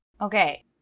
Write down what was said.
Okay